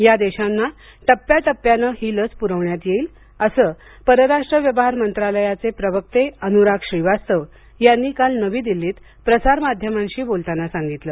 या देशांना टप्प्याटप्प्याने ही लस पुरवण्यात येईल असे परराष्ट्र व्यवहार मंत्रालयाचे प्रवक्ते अनुराग श्रीवास्तव यांनी काल नवी दिल्लीत प्रसार माध्यमांशी बोलताना सांगितले